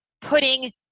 putting